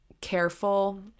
careful